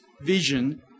vision